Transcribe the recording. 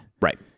Right